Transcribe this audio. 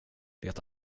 det